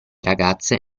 ragazze